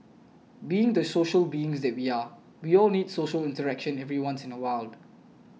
being the social beings that we are we all need social interaction every once in a while